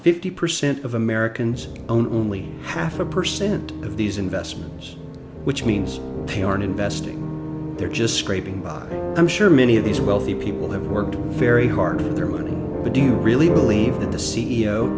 fifty percent of americans only half a percent of these investments which means they aren't investing they're just scraping by i'm sure many of these wealthy people have worked very hard for their money but do you really believe that the c